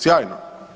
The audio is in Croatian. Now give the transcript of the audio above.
Sjajno.